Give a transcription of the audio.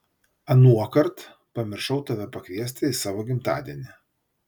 anuokart pamiršau tave pakviesti į savo gimtadienį